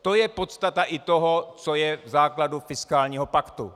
To je podstata i toho, co je v základu fiskálního paktu.